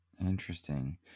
Interesting